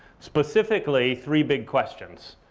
specifically, three big questions.